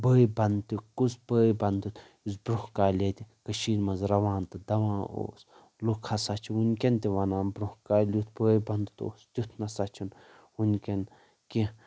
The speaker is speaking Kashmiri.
بٲے بنتیُک کُس بٲے بندیُت یُس برٛونہہ کالہِ ییٚتہِ کٔشیٖرِ منٛز روا تہٕ داوا اوس لُکھ ہسا چھِ وٕنکیٚن تہِ وانان برٛونہہ کالہِ یُتھ بٲبے ندیُت اوس تِیُتھ نہ سا چھُ نہٕ وٕنِکین کینٛہہ